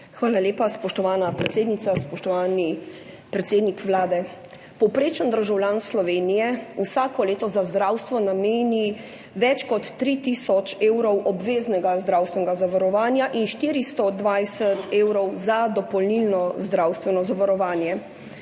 Hvala lepa, spoštovana predsednica. Spoštovani predsednik Vlade. Povprečen državljan Slovenije vsako leto za zdravstvo nameni več kot 3 tisoč evrov obveznega zdravstvenega zavarovanja in 420 evrov za dopolnilno zdravstveno zavarovanje,